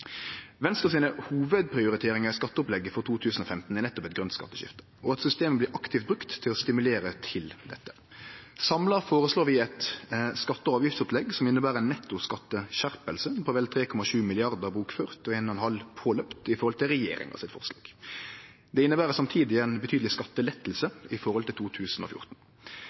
Venstre sine hovudprioriteringar i skatteopplegget for 2015 er nettopp eit grønt skatteskifte og at systemet blir aktivt brukt til å stimulere til dette. Samla føreslår vi eit skatte- og avgiftsopplegg som inneber ei netto skatteskjerping på vel 3,7 mrd. kr bokført og 1,5 mrd. kr påløpt i forhold til regjeringa sitt forslag. Det inneber samtidig ein betydeleg skattelette i forhold til 2014,